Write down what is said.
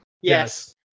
Yes